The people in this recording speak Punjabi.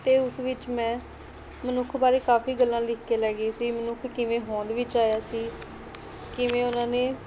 ਅਤੇ ਉਸ ਵਿੱਚ ਮੈਂ ਮਨੁੱਖ ਬਾਰੇ ਕਾਫ਼ੀ ਗੱਲਾਂ ਲਿਖ ਕੇ ਲੈ ਕੇ ਗਈ ਸੀ ਮਨੁੱਖ ਕਿਵੇਂ ਹੋਂਦ ਵਿੱਚ ਆਇਆ ਸੀ ਕਿਵੇਂ ਉਹਨਾਂ ਨੇ